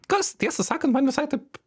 kas tiesą sakant man visai taip